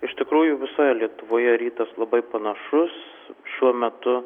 iš tikrųjų visoje lietuvoje rytas labai panašus šiuo metu